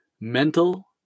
mental